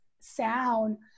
sound